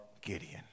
Gideon